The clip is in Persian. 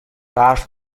برف